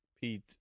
Pete